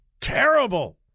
terrible